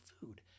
food